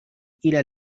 إلى